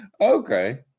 okay